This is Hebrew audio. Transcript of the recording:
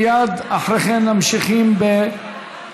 מייד אחרי כן ממשיכים בחקיקה.